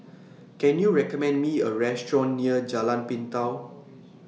Can YOU recommend Me A Restaurant near Jalan Pintau